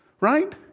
right